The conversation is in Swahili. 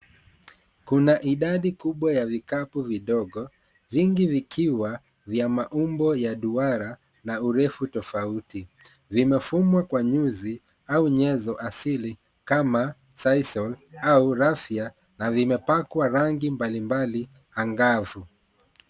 Kuna idadi kubwa ya mikapu vidogo, vingi vikiwa vya maumbo ya duara na urefu tofauti. Vimefumwa kwa nyuzi au nyezo asili kama sisal au rafia na vimepakwa rangi mbalimbali angavu.